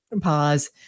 pause